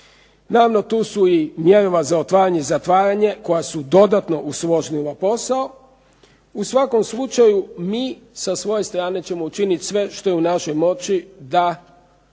Naravno tu su i mjerila za otvaranje i zatvaranje koja su dodatno otežala posao. U svakom slučaju mi sa svoje strane ćemo učiniti sve što je u našoj moći da u ovoj